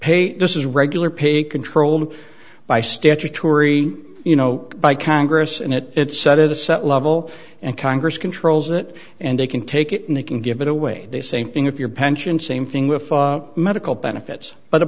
hate this is regular paid controlled by statutory you know by congress and it it's set in the set level and congress controls it and they can take it and they can give it away they same thing if your pension same thing with medical benefits but a